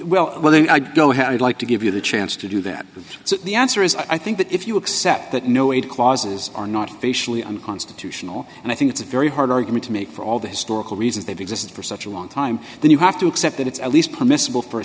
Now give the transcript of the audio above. i'd like to give you the chance to do that so the answer is i think that if you accept that no it clauses are not facially unconstitutional and i think it's a very hard argument to make for all the historical reasons they've existed for such a long time then you have to accept that it's at least permissible for a